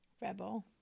Rebel